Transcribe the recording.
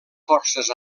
forces